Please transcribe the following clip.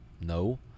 No